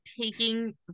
taking